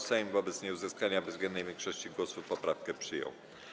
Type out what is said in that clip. Sejm wobec nieuzyskania bezwzględnej większości głosów poprawkę przyjął.